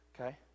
okay